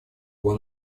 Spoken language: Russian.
его